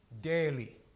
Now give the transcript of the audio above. Daily